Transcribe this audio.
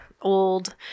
old